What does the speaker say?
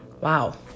Wow